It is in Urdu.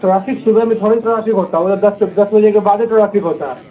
ٹریفک صبح میں تھوڑے ٹریفک ہوتا ہے وہ دس سے دس بجے کے بعد ہی ٹریفک ہوتا ہے